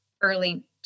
early